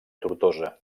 tortosa